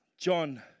John